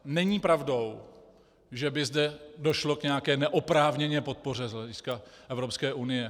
Není pravdou, že by zde došlo k nějaké neoprávněné podpoře z hlediska Evropské unie.